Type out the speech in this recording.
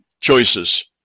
choices